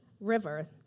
river